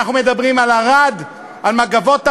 אנחנו מדברים על ערד, על "מגבות ערד"?